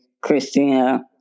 christina